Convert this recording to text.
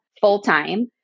full-time